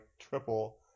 triple